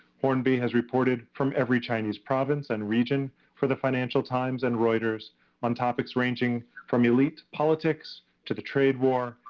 hornby has reported from every chinese province and region for the financial times and reuters on topics ranging from elite politics, to the trade war,